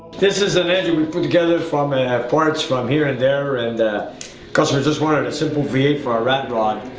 this is an engine we put together from parts from here and there and the customer just wanted a simple v eight for a rat rod